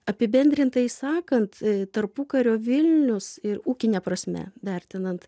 apibendrintai sakant tarpukario vilnius ir ūkine prasme vertinant